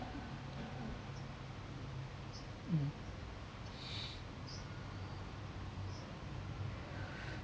mm